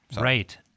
Right